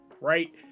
right